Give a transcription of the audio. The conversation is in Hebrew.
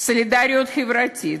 סולידריות חברתית,